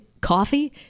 coffee